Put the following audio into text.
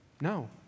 No